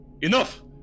Enough